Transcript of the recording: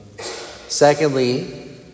Secondly